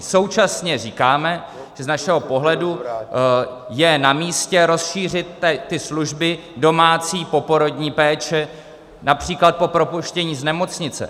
Současně říkáme, že z našeho pohledu je namístě rozšířit služby domácí poporodní péče, například po propuštění do nemocnice.